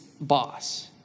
boss